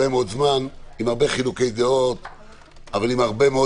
עם הרבה חילוקי דעות אבל עם הרבה מאוד